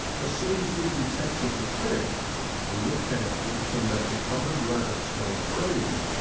as soon as we detected the tricky we were careful to let the coloured rabbits go free.